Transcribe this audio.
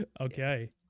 Okay